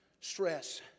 stress